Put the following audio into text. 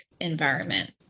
environment